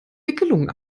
wicklungen